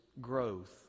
growth